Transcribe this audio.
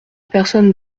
personne